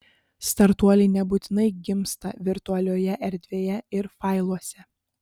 startuoliai nebūtinai gimsta virtualioje erdvėje ir failuose